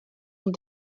sont